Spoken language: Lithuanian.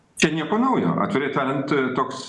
čia nieko naujo atvirai tariant toks